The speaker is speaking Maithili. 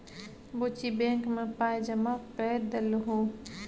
बुच्ची बैंक मे पाय जमा कए देलहुँ